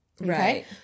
Right